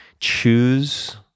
choose